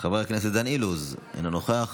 חבר הכנסת דן אילוז, אינו נוכח,